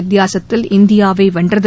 வித்தியாசத்தில் இந்தியாவை வென்றது